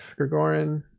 Gregorin